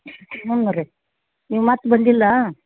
ಹ್ಞೂ ರಿ ನೀವು ಮತ್ತೆ ಬಂದಿಲ್ಲ